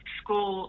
school